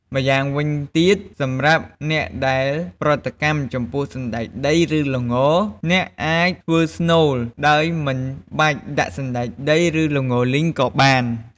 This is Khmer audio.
ម្យ៉ាងវិញទៀត សម្រាប់អ្នកដែលប្រតិកម្មចំពោះសណ្តែកដីឬល្ង អ្នកអាចធ្វើស្នូល ដោយមិនបាច់ដាក់សណ្តែកដី ឬ ល្ងលីងក៏បាន។